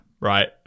right